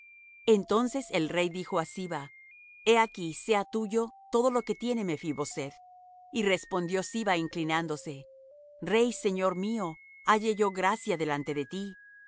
entonces el rey dijo á siba he aquí sea tuyo todo lo que tiene mephi boseth y respondió siba inclinándose rey señor mío halle yo gracia delante de ti